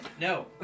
No